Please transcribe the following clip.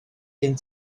gen